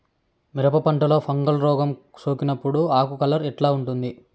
మిరప పంటలో ఫంగల్ రోగం సోకినప్పుడు ఆకు కలర్ ఎట్లా ఉంటుంది?